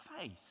faith